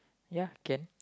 ya can